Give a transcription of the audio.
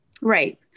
Right